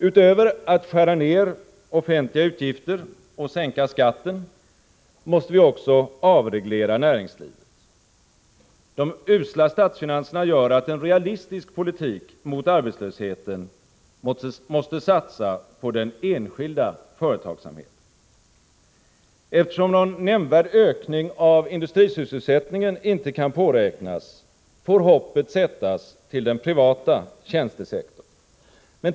Utöver att skära ned offentliga utgifter och sänka skatten måste vi också avreglera näringslivet. De usla statsfinanserna gör att en realistisk politik mot arbetslösheten måste satsa på den enskilda företagsamheten. Eftersom någon nämnvärd ökning av industrisysselsättningen inte kan påräknas, får hoppet sättas till den privata tjänstesektorn.